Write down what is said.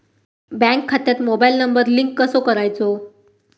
Bank खात्यात mobile number link कसो करायचो?